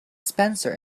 spencer